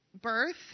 birth